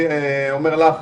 אני אומר לך,